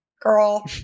girl